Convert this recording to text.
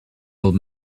old